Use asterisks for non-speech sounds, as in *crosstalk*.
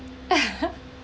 *laughs*